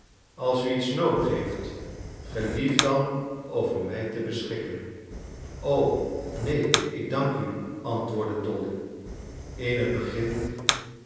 als u iets noodig heeft gelief dan over mij te beschikken o neen ik dank u antwoordde dolly in het begin